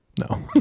No